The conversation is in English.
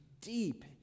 deep